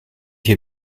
hier